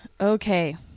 Okay